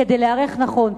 כדי להיערך נכון.